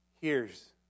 hears